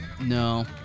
No